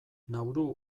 nauru